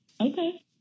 Okay